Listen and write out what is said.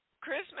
Christmas